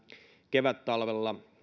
kevättalvella